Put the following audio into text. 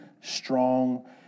strong